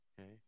Okay